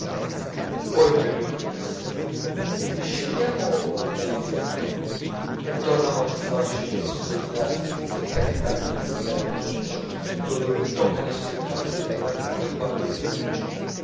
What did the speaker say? poi il mio amico mi disse ridiscendiamo nellinferno e tornammo a tuffarci nell'oscurità dell'interminabile scala a chiocciola dove un rintocco inaspettato della grande campana di luigi